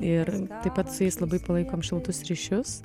ir taip pat su jais labai palaikom šiltus ryšius